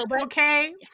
okay